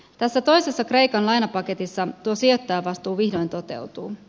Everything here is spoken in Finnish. tässä toisessa kreikan lainapaketissa tuo sijoittajavastuu vihdoin toteutuu